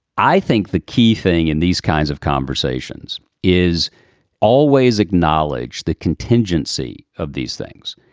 i think the key thing in these kinds of conversations is always acknowledged the contingency of these things.